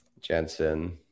Jensen